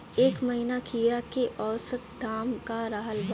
एह महीना खीरा के औसत दाम का रहल बा?